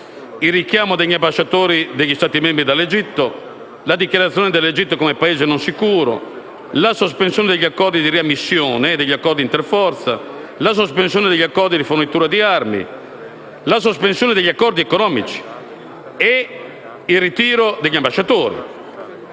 il richiamo degli ambasciatori degli Stati membri dall'Egitto, la dichiarazione dell'Egitto come Paese non sicuro, la sospensione degli accordi di riammissione, degli accordi interforza, la sospensione degli accordi di fornitura di armi, degli accordi economici e il ritiro degli ambasciatori.